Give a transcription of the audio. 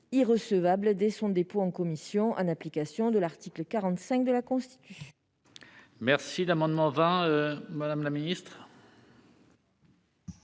irrecevable dès son dépôt en commission, en application de l'article 45 de la Constitution. La parole est à Mme la ministre,